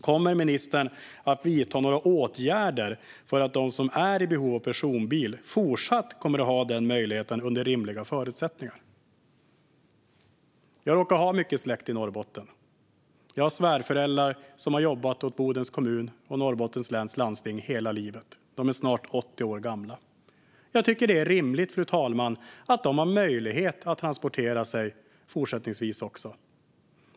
Kommer ministern att vidta några åtgärder för att de som är i behov av personbil fortsatt ska ha den möjligheten, under rimliga förutsättningar? Jag råkar ha mycket släkt i Norrbotten. Jag har svärföräldrar som har jobbat åt Bodens kommun och Norrbottens läns landsting hela livet. De är snart 80 år gamla, och jag tycker att det är rimligt att de har möjlighet att transportera sig även fortsättningsvis, fru talman.